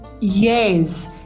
Yes